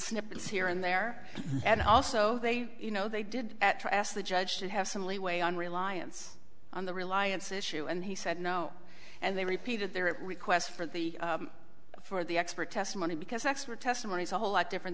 snippets here and there and also they you know they did at to ask the judge to have some leeway on reliance on the reliance issue and he said no and they repeated their request for the for the expert testimony because expert testimony is a whole lot different